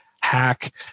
hack